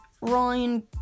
Ryan